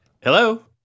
Hello